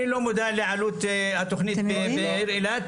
אני לא מודע לעלות התוכנית בעיר אילת.